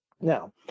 Now